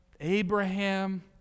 Abraham